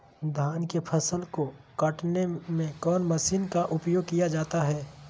धान के फसल को कटने में कौन माशिन का उपयोग किया जाता है?